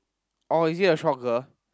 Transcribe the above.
oh is it the short girl